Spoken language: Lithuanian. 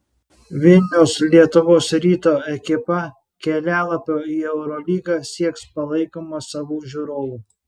vilniaus lietuvos ryto ekipa kelialapio į eurolygą sieks palaikoma savų žiūrovų